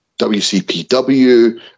WCPW